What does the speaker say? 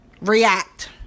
React